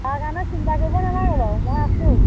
তাৰ কাৰণে চিন্তা কৰিব নালাগে বাৰু মই আছোঁ